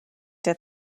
der